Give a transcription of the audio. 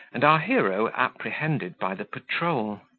and our hero apprehended by the patrol.